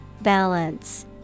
Balance